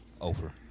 over